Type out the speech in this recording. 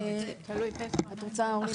אני אורלי צוקרמן, מהסוכנות היהודית.